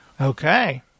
Okay